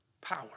power